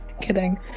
kidding